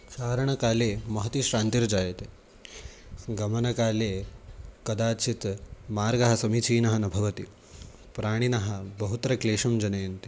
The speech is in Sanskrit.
चारणकाले महती श्रान्तिर्जायते गमनकाले कदाचित् मार्गः समीचीनः न भवति प्राणिनः बहुत्र क्लेशं जनयन्ति